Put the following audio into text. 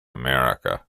america